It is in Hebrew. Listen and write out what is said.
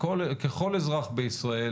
ככל אזרח בישראל